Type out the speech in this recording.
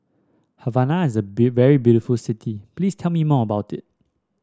Havana is a very beautiful city Please tell me more about it